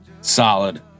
Solid